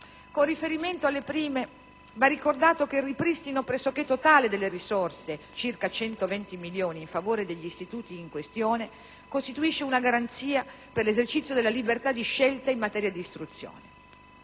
Con riferimento alle prime, va ricordato che il ripristino pressoché totale delle risorse, circa 120 milioni di euro, in favore degli istituti in questione costituisce una garanzia per l'esercizio della libertà di scelta in materia di istruzione.